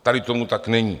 Tady tomu tak není.